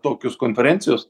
tokius konferencijos